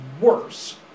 worse